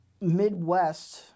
Midwest